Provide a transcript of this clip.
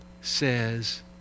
says